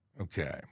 Okay